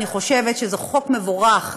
אני חושבת שזה חוק מבורך,